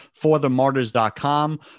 ForTheMartyrs.com